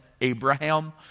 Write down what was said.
Abraham